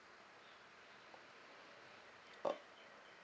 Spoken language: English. uh